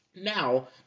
now